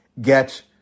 get